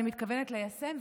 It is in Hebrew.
אני מתכוונת ליישם,